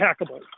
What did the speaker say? hackable